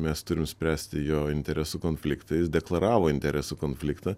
mes turim spręsti jo interesų konfliktą jis deklaravo interesų konfliktą